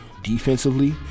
defensively